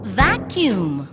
vacuum